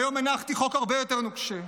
היום הנחתי חוק הרבה יותר נוקשה.